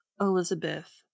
Elizabeth